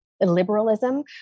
liberalism